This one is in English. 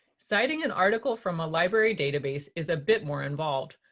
citing an article from a library database is a bit more involved,